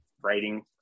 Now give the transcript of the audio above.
writing